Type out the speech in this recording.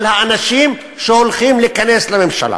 על האנשים שהולכים להיכנס לממשלה.